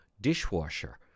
dishwasher